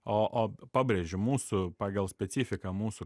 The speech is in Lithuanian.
o o pabrėžiu mūsų pagal specifiką mūsų